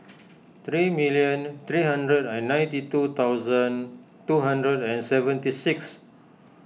three million three hundred and ninety two thousand two hundred and seventy six